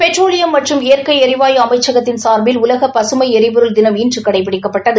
petroleum மற்றும் இயற்கை ளிவாயு அமைச்சகத்தின் சார்பில் உலக பகுமை ளரிபொருள் தினம் இன்று கடைபிடிக்கப்பட்டது